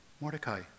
Mordecai